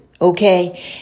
okay